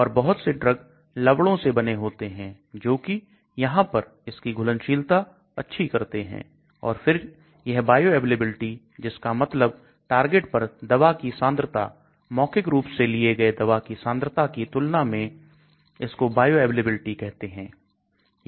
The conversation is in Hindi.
और बहुत से ड्रग लवणों से बने होते हैं जो कि यहां पर इसकी घुलनशीलता अच्छी करते हैं और फिर यह बायोअवेलेबिलिटी जिसका मतलब टारगेट पर दवा की सांद्रता मौखिक रूप से लिए गए दवा की सांद्रता की तुलना में इसको बायोअवेलेबिलिटी कहते हैं